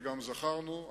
וגם זכרנו,